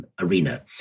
arena